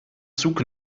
zug